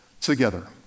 together